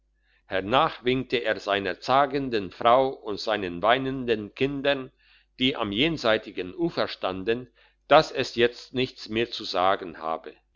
hernach winkte er seiner zagenden frau und seinen weinenden kindern die am jenseitigen ufer standen dass es jetzt nichts mehr zu sagen habe